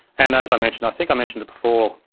and as i mentioned, i think i mentioned it before,